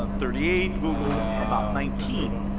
and thirty eight, google, about nineteen.